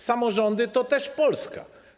Samorządy to też Polska.